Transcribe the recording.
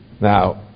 Now